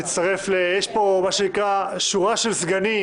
יש פה שורה של סגנים,